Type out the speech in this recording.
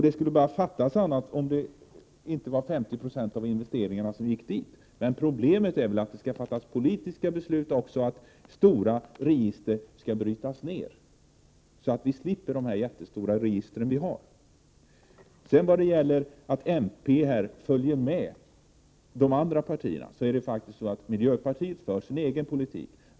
Det skulle bara fattas annat, om inte 50 96 av investeringarna gick till det. Problemet är att det skall fattas politiska beslut och att stora register skall brytas ned, så att vi slipper de jättestora register som vi nu har. Miljöpartiet för sin egen politik.